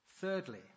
Thirdly